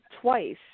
twice